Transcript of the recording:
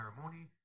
Ceremony